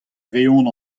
reont